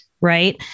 right